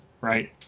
right